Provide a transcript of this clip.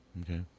Okay